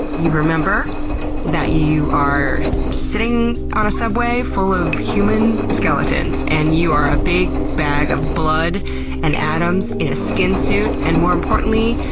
you remember that you are sitting on a subway full of human skeletons, and you are a big bag of blood and atoms in a skin suit, and more importantly,